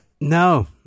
No